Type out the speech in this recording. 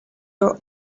your